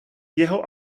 jeho